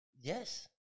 Yes